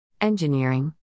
Engineering